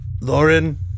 Lauren